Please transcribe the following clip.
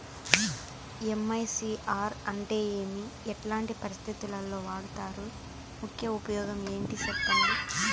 MICR అంటే ఏమి? ఎట్లాంటి పరిస్థితుల్లో వాడుతారు? ముఖ్య ఉపయోగం ఏంటి సెప్పండి?